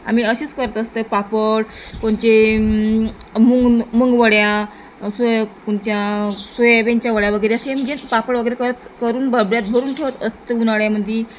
आम्ही असेच करत असतं पापड कोणचे मुग मुगवड्या सोया कोणच्या सोयाबीनच्या वड्या वगैरे असे म्हणजे पापड वगैरे करत करून डब्यात भरून ठेवत असतं उन्हाळ्यामध्ये